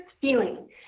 feeling